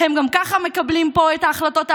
גם ככה הם מקבלים פה את ההחלטות האמיתיות.